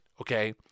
okay